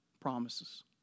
promises